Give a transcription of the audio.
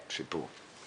אני